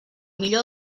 millor